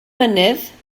mynydd